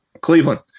Cleveland